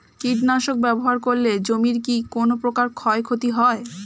কীটনাশক ব্যাবহার করলে জমির কী কোন প্রকার ক্ষয় ক্ষতি হয়?